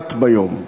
אחת ביום.